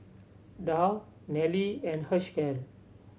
Darl Nelly and Hershel